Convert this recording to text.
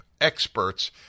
experts